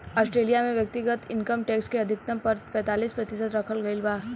Australia में व्यक्तिगत income tax के अधिकतम दर पैतालीस प्रतिशत रखल गईल बा